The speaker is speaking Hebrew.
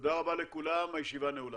תודה רבה לכולם, הישיבה נעולה.